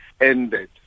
ended